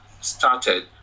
started